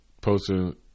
posting